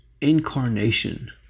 incarnation